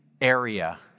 area